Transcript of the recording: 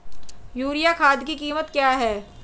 Urea खाद की कीमत क्या है?